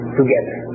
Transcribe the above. together